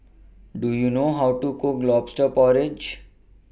Do YOU know How to Cook Lobster Porridge